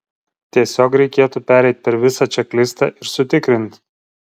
tiesiog reikėtų pereit per visą čeklistą ir sutikrint